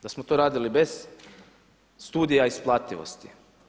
Da smo to radili bez studija isplativosti?